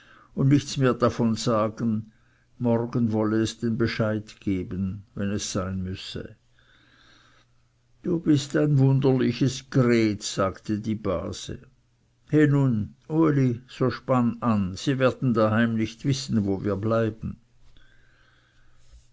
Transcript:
und nichts mehr davon sagen morgen wolle es den bescheid geben wenn es sein müsse du bist ein wunderliches gret sagte die base he nun uli so spann an sie werden daheim nicht wissen wo wir bleiben